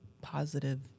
positive